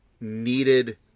needed